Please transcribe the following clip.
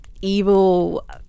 evil